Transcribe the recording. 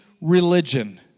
religion